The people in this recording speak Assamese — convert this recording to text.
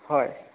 হয়